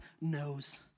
knows